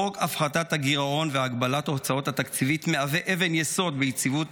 חוק הפחתת הגירעון והגבלת הוצאות התקציב מהווה אבן יסוד ביציבות